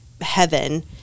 heaven